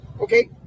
okay